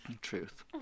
Truth